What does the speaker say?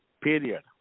period